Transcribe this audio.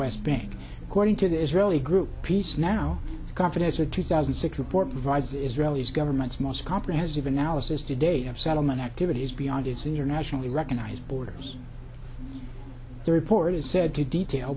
west bank according to the israeli group peace now confidence a two thousand and six report provides israeli's government's most comprehensive analysis to date of settlement activities beyond its internationally recognized borders the report is said to detail